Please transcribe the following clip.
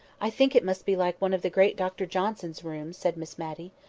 i think it must be like one of the great dr johnson's rooms, said miss matty.